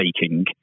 taking